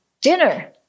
dinner